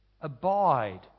abide